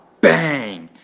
bang